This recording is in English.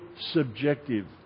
subjective